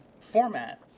format